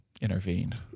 intervened